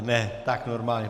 Ne, tak normálně.